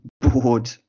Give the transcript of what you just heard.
bored